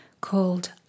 called